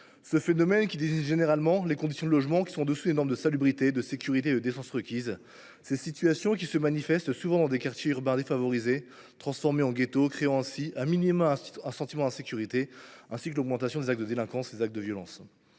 dégradé désigne généralement des conditions de logement en dessous des normes de salubrité, de sécurité et de décence requises. Ces situations se manifestent souvent dans les quartiers urbains défavorisés, transformés en ghettos, entraînant à tout le moins un sentiment d’insécurité, ainsi que l’augmentation des actes de délinquance et de violences.